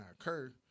occur